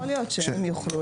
אז יכול להיות שהם יוכלו.